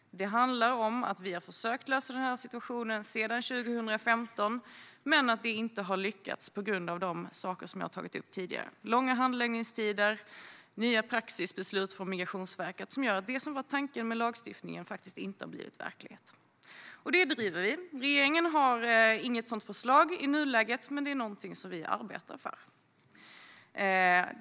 Det handlar om att vi har försökt att lösa situationen sedan 2015 men att det inte har lyckats på grund av de saker som jag har tagit upp tidigare. Det är långa handläggningstider och nya praxisbeslut från Migrationsverket som gör att det som var tanken med lagstiftningen inte har blivit verklighet. Detta bedriver vi. Regeringen har inget sådant förslag i nuläget, men det är någonting som vi arbetar för.